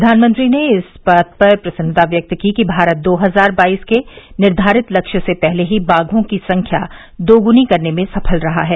प्रधानमंत्री ने इस बात पर प्रसन्नता व्यक्त की कि भारत दो हजार बाईस के निर्घारित लक्ष्य से पहले ही बाघों की संख्या दोग्नी करने में सफल रहा है